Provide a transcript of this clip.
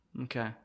Okay